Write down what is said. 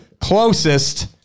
closest